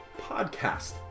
podcast